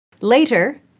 Later